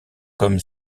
comme